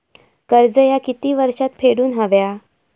कर्ज ह्या किती वर्षात फेडून हव्या?